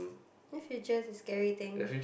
the future is a scary thing